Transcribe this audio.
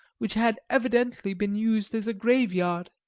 which had evidently been used as a graveyard.